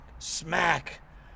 Smack